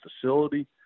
facility